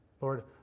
Lord